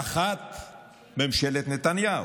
האחת היא ממשלת נתניהו,